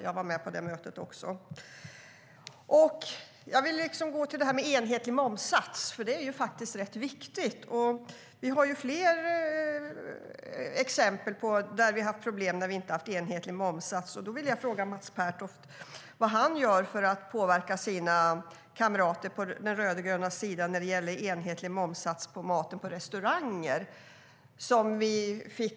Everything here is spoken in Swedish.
Jag var med på det mötet. Jag vill tala om det här med enhetlig momssats, för det är faktiskt rätt viktigt. Vi har fler exempel på problem där vi inte har haft enhetlig momssats. Jag vill fråga Mats Pertoft vad han gör för att påverka sina kamrater på den rödgröna sidan när det gäller enhetlig momssats på maten på restauranger.